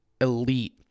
elite